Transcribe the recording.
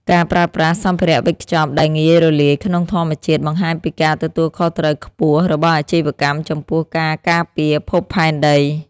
ការប្រើប្រាស់សម្ភារវេចខ្ចប់ដែលងាយរលាយក្នុងធម្មជាតិបង្ហាញពីការទទួលខុសត្រូវខ្ពស់របស់អាជីវកម្មចំពោះការការពារភពផែនដី។